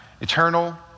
eternal